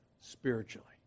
spiritually